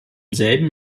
selben